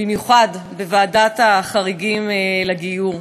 במיוחד בוועדת החריגים לגיור.